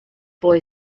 boy